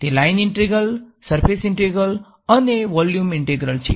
તે line integral surface integral અને volume integral છે